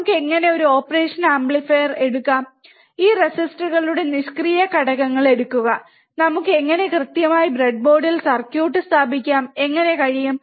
നമുക്ക് എങ്ങനെ ഒരു ഓപ്പറേഷൻ ആംപ്ലിഫയർ എടുക്കാം ഈ റെസിസ്റ്ററുകളുടെ നിഷ്ക്രിയ ഘടകങ്ങൾ എടുക്കുക നമുക്ക് എങ്ങനെ കൃത്യമായി ബ്രെഡ്ബോർഡിൽ സർക്യൂട്ട് സ്ഥാപിക്കാം എങ്ങനെ കഴിയും